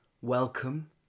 Welcome